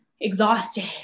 exhausted